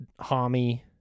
Hami